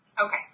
Okay